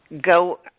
go